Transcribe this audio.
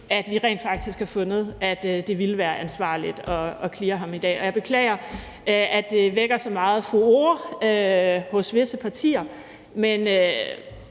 at vi rent faktisk har fundet, at det ville være ansvarligt at cleare ham i dag. Jeg beklager, at det vækker så meget furore hos visse partier, men